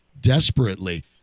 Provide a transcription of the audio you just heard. desperately